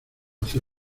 hacia